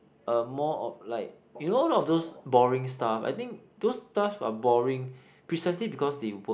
uh more of like you know all of those boring stuff I think those stuffs are boring precisely because they work